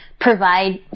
provide